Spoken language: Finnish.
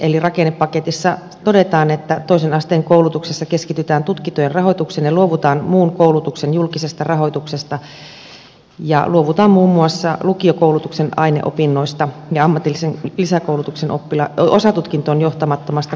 eli rakennepaketissa todetaan että toisen asteen koulutuksessa keskitytään tutkintojen rahoitukseen ja luovutaan muun koulutuksen julkisesta rahoituksesta ja luovutaan muun muassa lukiokoulutuksen aineopinnoista ja ammatillisen lisäkoulutuksen osatutkintoon johtamattomasta koulutuksesta